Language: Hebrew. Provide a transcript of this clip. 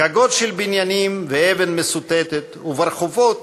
גגות של בניינים ואבן מסותתת / וברחובות